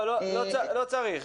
לא צריך.